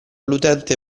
l’utente